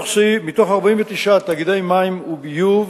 מתוך 49 תאגידי מים וביוב,